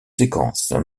séquences